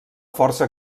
força